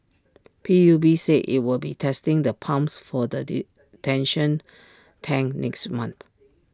P U B said IT will be testing the pumps for the detention tank next month